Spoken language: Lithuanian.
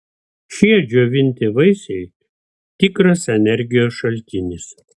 šie džiovinti vaisiai tikras energijos šaltinis